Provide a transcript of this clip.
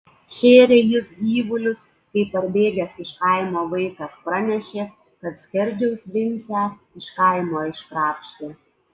šėrė jis gyvulius kai parbėgęs iš kaimo vaikas pranešė kad skerdžiaus vincę iš kaimo iškrapštė